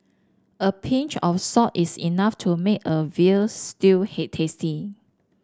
a pinch of salt is enough to make a veal stew he tasty